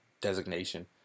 designation